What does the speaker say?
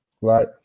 right